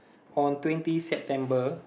on twenty September